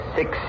six